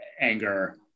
anger